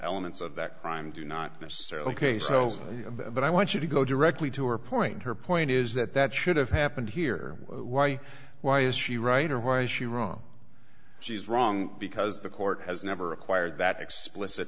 elements of that crime do not necessarily case so but i want you to go directly to her point her point is that that should have happened here why why is she right or why is she wrong she's wrong because the court has never acquired that explicit